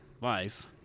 life